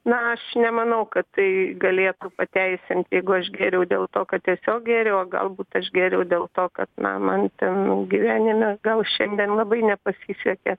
na aš nemanau kad tai galėtų pateisint jeigu aš gėriau dėl to kad tiesiog gėriau o galbūt aš gėriau dėl to kad na man ten gyvenime gal šiandien labai nepasisekė